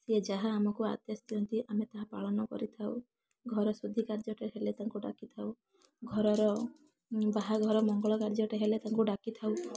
ସିଏ ଯାହା ଆମକୁ ଆଦେଶ ଦିଅନ୍ତି ଆମେ ତାହା ପାଳନ କରିଥାଉ ଘର ଶୁଦ୍ଧିକାର୍ଯ୍ୟଟେ ହେଲେ ତାଙ୍କୁ ଡାକିଥାଉ ଘର ର ବାହାଘର ମଙ୍ଗଳ କାର୍ଯ୍ୟ ଟେ ତାଙ୍କୁ ଡାକିଥାଉ